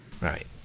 Right